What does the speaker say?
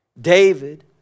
David